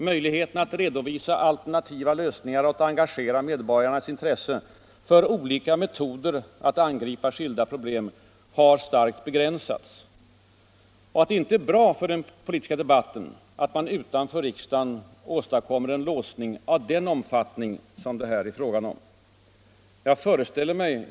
Möjligheterna att redovisa alternativa lösningar och att engagera medborgarnas intresse för olika metoder att angripa skilda problem har starkt begränsats. Och det är inte bra för den politiska debatten att man utanför riksdagen åstadkommer en låsning av den omfattning som det här är fråga om.